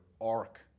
arc